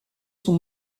son